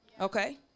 Okay